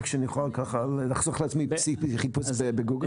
רק שאני אוכל לחסוך לעצמי חיפוש בגוגל.